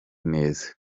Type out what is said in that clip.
neza